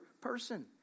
person